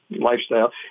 lifestyle